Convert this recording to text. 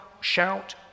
shout